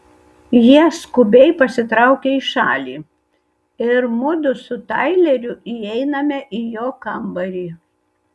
jie skubiai pasitraukia į šalį ir mudu su taileriu įeiname į jo kambarį